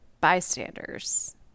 bystanders